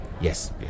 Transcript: Yes